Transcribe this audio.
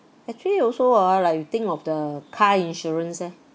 actually also ah like you think of the car insurance eh